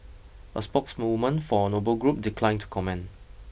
a spokeswoman for Noble Group declined to comment